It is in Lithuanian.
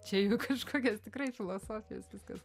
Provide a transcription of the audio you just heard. čia jau kažkokios tikrai filosofijos viskas